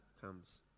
comes